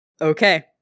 Okay